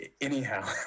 anyhow